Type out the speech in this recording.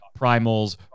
primals